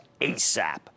ASAP